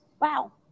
wow